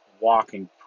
walking